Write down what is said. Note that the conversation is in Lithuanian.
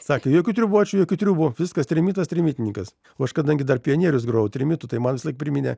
sakė jokių triūbočių jokių triūbų viskas trimitas trimitininkas o aš kadangi dar pionierius grojau trimitu tai man visąlaik priminė